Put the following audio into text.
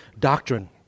doctrine